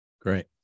Great